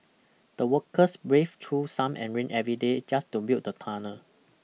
the workers braved through sum and rain every day just to build the tunnel